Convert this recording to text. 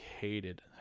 hated